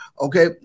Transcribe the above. Okay